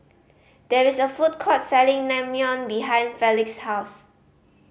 there is a food court selling Naengmyeon behind Felix's house